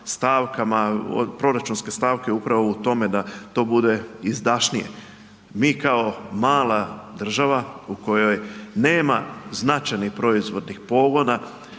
stavkama, proračunske stavke upravo u tome da to bude izdašnije. Mi kao mala država u kojoj nema značajnih proizvodnih pogona